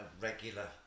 regular